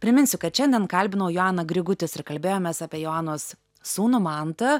priminsiu kad šiandien kalbinau joaną grigutis ir kalbėjomės apie joanos sūnų mantą